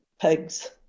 pigs